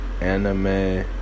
Anime